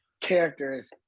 characters